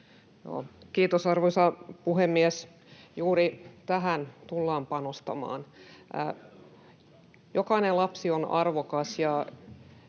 Kiitos, arvoisa puhemies! Juuri tähän tullaan panostamaan. Jokainen lapsi on arvokas